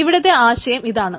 ഇവിടത്തെ ആശയം ഇതാണ്